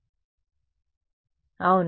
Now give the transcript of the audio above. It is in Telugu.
విద్యార్థి అవును